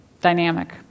dynamic